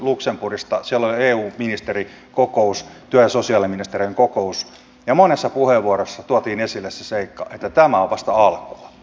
siellä oli eu ministerikokous työ ja sosiaaliministerien kokous ja monessa puheenvuorossa tuotiin esille se seikka että tämä on vasta alkua